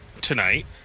tonight